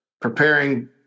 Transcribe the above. preparing